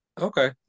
Okay